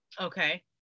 Okay